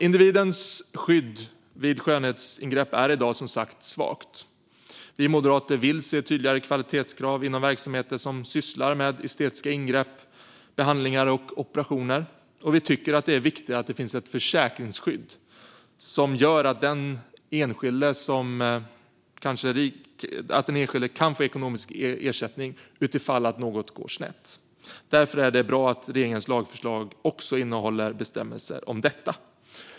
Individens skydd vid skönhetsingrepp är i dag svagt. Vi moderater vill se tydligare kvalitetskrav inom verksamheter som sysslar med estetiska ingrepp, behandlingar och operationer. Vi tycker att det är viktigt att det finns ett försäkringsskydd som gör att den enskilde kan få ekonomisk ersättning om något går snett. Därför är det bra att regeringens lagförslag också innehåller bestämmelser om detta.